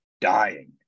dying